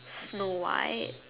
Snow-White